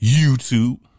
YouTube